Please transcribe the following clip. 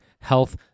health